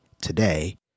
today